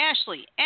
Ashley